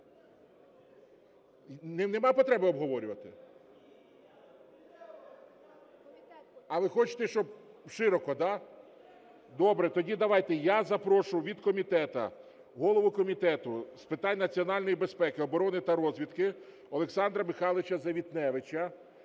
Нема потреби обговорювати? (Шум у залі) А ви хочете, щоб широко, да? Добре, тоді давайте я запрошу від комітету голову Комітету з питань національної безпеки, оборони та розвідки Олександра Михайловича Завітневича.